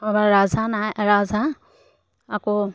আমাৰ ৰাজহাঁহ নাই ৰাজহাঁহ আকৌ